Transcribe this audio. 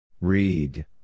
Read